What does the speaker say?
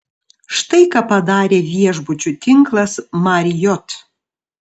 štai ką padarė viešbučių tinklas marriott